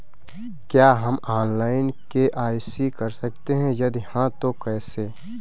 क्या हम online KYC कर सकते हैं यदि हाँ तो कैसे?